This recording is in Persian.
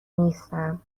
نیستم